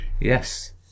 yes